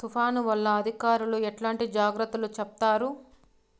తుఫాను వల్ల అధికారులు ఎట్లాంటి జాగ్రత్తలు చెప్తారు?